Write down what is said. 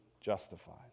justified